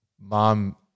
mom –